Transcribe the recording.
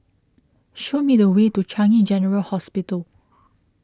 show me the way to Changi General Hospital